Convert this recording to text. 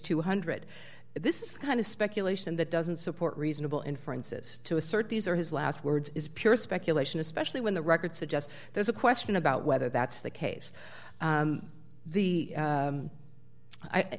two hundred this is the kind of speculation that doesn't support reasonable inferences to assert these are his last words is pure speculation especially when the record suggests there's a question about whether that's the case the